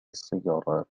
السيارات